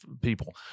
people